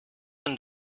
and